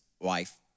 wife